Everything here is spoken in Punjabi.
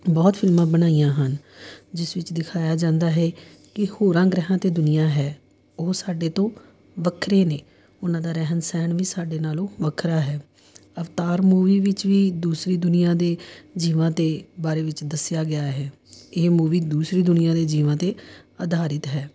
ਬਹੁਤ ਫਿਲਮਾਂ ਬਣਾਈਆਂ ਹਨ ਜਿਸ ਵਿੱਚ ਦਿਖਾਇਆ ਜਾਂਦਾ ਹੈ ਕਿ ਹੋਰਾਂ ਗ੍ਰਹਿਆਂ 'ਤੇ ਦੁਨੀਆਂ ਹੈ ਉਹ ਸਾਡੇ ਤੋਂ ਵੱਖਰੇ ਨੇ ਉਹਨਾਂ ਦਾ ਰਹਿਣ ਸਹਿਣ ਵੀ ਸਾਡੇ ਨਾਲ਼ੋਂ ਵੱਖਰਾ ਹੈ ਅਵਤਾਰ ਮੂਵੀ ਵਿੱਚ ਵੀ ਦੂਸਰੀ ਦੁਨੀਆਂ ਦੇ ਜੀਵਾਂ ਦੇ ਬਾਰੇ ਵਿੱਚ ਦੱਸਿਆ ਗਿਆ ਹੈ ਇਹ ਮੂਵੀ ਦੂਸਰੀ ਦੁਨੀਆਂ ਦੇ ਜੀਵਾਂ 'ਤੇ ਅਧਾਰਿਤ ਹੈ